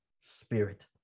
spirit